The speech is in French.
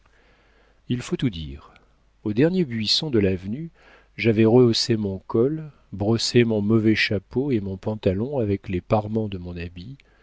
il faut tout dire au dernier buisson de l'avenue j'avais rehaussé mon col brossé mon mauvais chapeau et mon pantalon avec les parements de mon habit